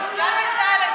גם בצלאל.